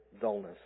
dullness